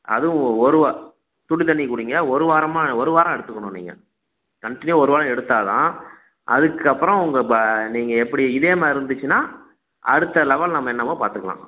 அதுவும் ஒரு வா சுடு தண்ணி குடியுங்க ஒரு வாரமாக ஒரு வாரம் எடுத்துக்கணும் நீங்கள் கண்டினியூவாக ஒரு வாரம் எடுத்தால்தான் அதுக்கப்புறம் உங்கள் ப நீங்கள் எப்படி இதே மாதிரி இருந்துச்சுன்னா அடுத்த லெவல் நம்ம என்னவோ பார்த்துக்கலாம்